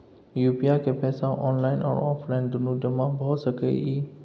UPI के पैसा online आ ऑफलाइन दुनू जमा भ सकै इ?